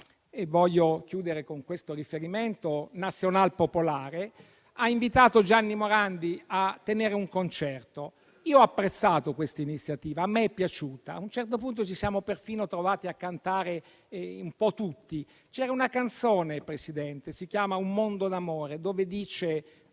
- voglio chiudere con questo riferimento nazionalpopolare - ha invitato Gianni Morandi a tenere un concerto. Ho apprezzato questa iniziativa, a me è piaciuta. A un certo punto ci siamo perfino trovati a cantare un po' tutti. C'era una canzone, signor Presidente, che si chiama «Un mondo d'amore» in cui